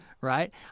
right